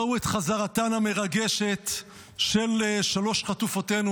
ראו את חזרתן המרגשת של שלוש חטופותינו,